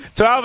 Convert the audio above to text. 12